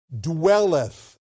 dwelleth